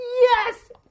Yes